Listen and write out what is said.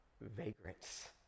vagrants